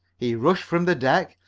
he rushed from the deck,